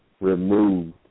removed